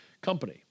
Company